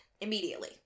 immediately